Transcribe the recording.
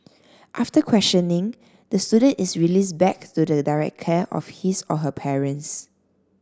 after questioning the student is released back to the direct care of his or her parents